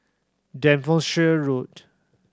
Devonshire Road